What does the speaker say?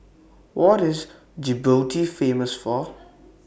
What IS Djibouti Famous For